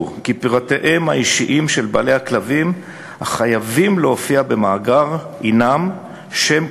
כי פרטיהם האישיים של בעלי הכלבים החייבים להופיע במאגר הם: שם,